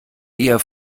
eher